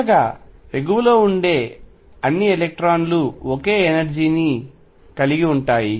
చివరగా అన్ని ఎగువలో ఉండే ఎలక్ట్రాన్లు ఒకే ఎనర్జీ ని కలిగి ఉంటాయి